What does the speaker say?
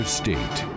state